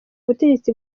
ubutegetsi